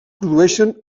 produeixen